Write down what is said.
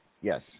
Yes